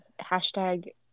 Hashtag